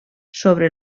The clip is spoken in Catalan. sobre